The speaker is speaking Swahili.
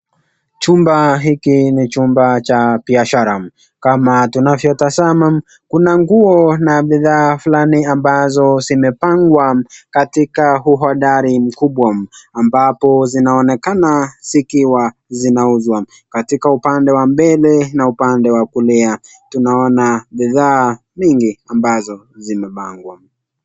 Chumba hiki ni chumba cha biashara. Kama tunavyotazama kuna nguo na bidhaa fulani ambazo zimepangwa katika uhodari mkubwa ambapo zinaonekana zikiwa zinauzwa. Katika upande wa mbele na upande wa kulia tunaona bidhaa mingi ambazo zimepangwa.